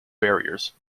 barriers